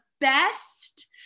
best